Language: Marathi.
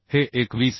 तर हे 21